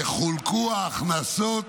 יחולקו ההכנסות